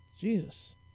Jesus